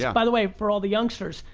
yeah by the way, for all the youngsters,